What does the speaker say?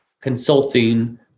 consulting